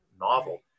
novel